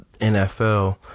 NFL